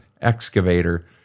excavator